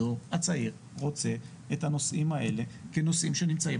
הדור הצעיר רוצה את הנושאים האלה כנושאים שנמצאים